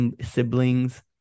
siblings